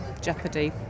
jeopardy